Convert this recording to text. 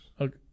Okay